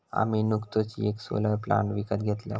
आम्ही नुकतोच येक सोलर प्लांट विकत घेतलव